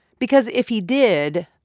because if he did,